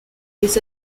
les